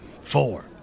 Four